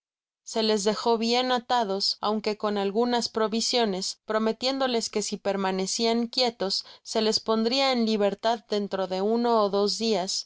se les dejó bien atados aunque con algunas provisiones prometiéndoles que si permanecían quietos se les pondria en libertad dentro de uno ó dos dias